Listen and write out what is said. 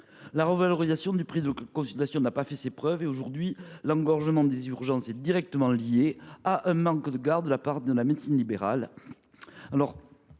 La revalorisation du prix de la consultation n’a pas fait ses preuves, et l’engorgement des urgences est directement lié à un manque de gardes de la part de la médecine libérale.